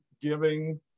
giving